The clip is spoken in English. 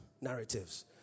narratives